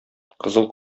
кызыл